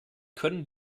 können